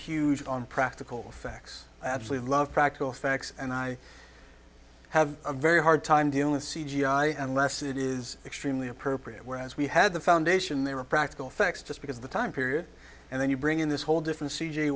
huge on practical effects i absolutely love practical facts and i i have a very hard time dealing with c g i unless it is extremely appropriate whereas we had the foundation they were practical effects just because of the time period and then you bring in this whole different c